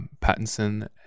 Pattinson